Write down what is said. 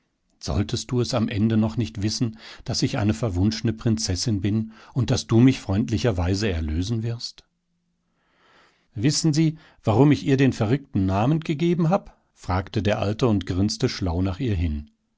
solltest du es am ende noch nicht wissen daß ich eine verwunschene prinzessin bin und daß du mich freundlicherweise erlösen wirst wissen sie warum ich ihr den verrückten namen gegeben hab fragte der alte und grinste schlau nach ihr hin